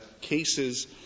cases